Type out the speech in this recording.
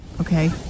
okay